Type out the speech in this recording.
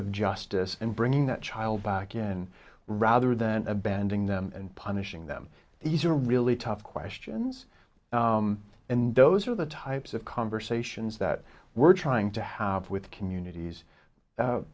of justice and bringing that child back in rather than abandoning them and punishing them these are really tough questions and those are the types of conversations that we're trying to have with communities